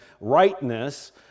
rightness